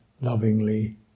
lovingly